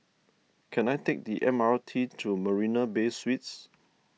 can I take the M R T to Marina Bay Suites